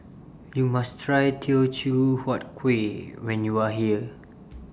YOU must Try Teochew Huat Kueh when YOU Are here